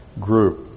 group